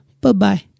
bye-bye